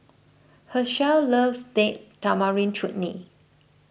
Hershel loves Date Tamarind Chutney